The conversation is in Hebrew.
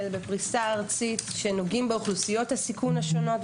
בפריסה ארצית שנוגעים באוכלוסיות הסיכון השונות,